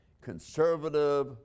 conservative